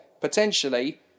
potentially